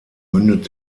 mündet